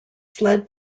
fled